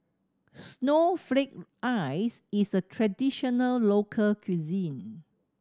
snowflake ice is a traditional local cuisine